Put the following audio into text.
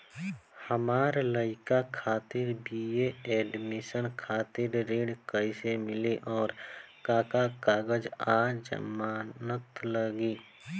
हमार लइका खातिर बी.ए एडमिशन खातिर ऋण कइसे मिली और का का कागज आ जमानत लागी?